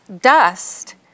dust